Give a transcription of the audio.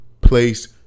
place